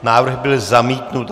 Návrh byl zamítnut.